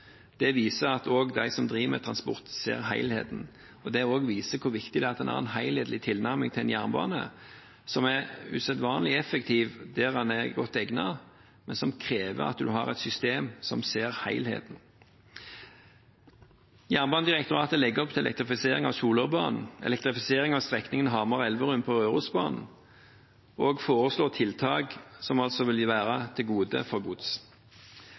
Det viser at også de som driver med transport, ser helheten. Det viser også hvor viktig det er at en har en helhetlig tilnærming til en jernbane som er usedvanlig effektiv der den er godt egnet, men som krever at en har et system som ser helheten. Jernbanedirektoratet legger opp til elektrifisering av Solørbanen, elektrifisering av strekningen Hamar–Elverum på Rørosbanen og foreslår tiltak som vil være et gode for